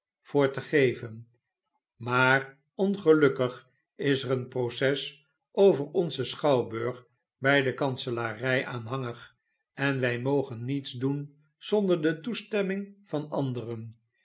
voor te geven maar ongelukkig is er een proces over onzen schouwburg bij de kanselarij aanhangig en wij mogen niets doen zonder de toestemming van anderen